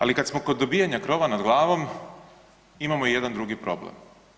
Ali kad smo kod dobijanja krova nad glavom imamo i jedan drugi problem.